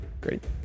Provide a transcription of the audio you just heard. Great